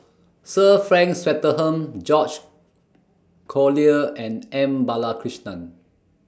Sir Frank Swettenham George Collyer and M Balakrishnan